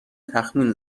تخمین